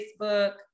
Facebook